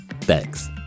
Thanks